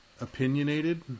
opinionated